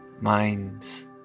minds